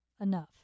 enough